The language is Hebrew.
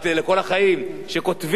שכותבים לנו,